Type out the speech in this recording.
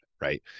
Right